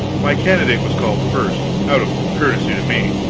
my candidate was called first, out of courtesy to me,